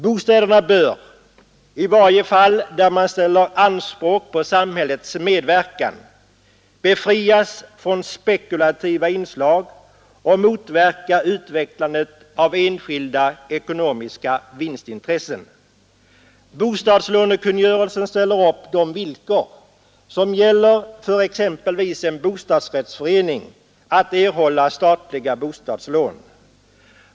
Bostäderna bör i varje fall där man ställer anspråk på samhällets medverkan befrias från spekulativa inslag och motverka utvecklandet av enskilda ekonomiska vinstintressen. Bostadslånekungörelsen ställer upp de villkor som gäller för exempelvis en bostadsrättsförening att erhålla statliga bostadslån.